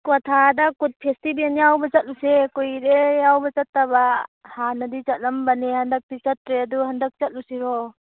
ꯀ꯭ꯋꯥꯊꯥꯗ ꯀꯨꯠ ꯐꯦꯁꯇꯤꯚꯦꯟ ꯌꯥꯎꯕ ꯆꯠꯂꯨꯁꯦ ꯀꯨꯏꯔꯦ ꯌꯥꯎꯕ ꯆꯠꯇꯕ ꯍꯥꯟꯅꯗꯤ ꯆꯠꯂꯝꯕꯅꯦ ꯍꯟꯗꯛꯇꯤ ꯆꯠꯇ꯭ꯔꯦ ꯑꯗꯨ ꯍꯟꯗꯛ ꯆꯠꯂꯨꯁꯤꯔꯣ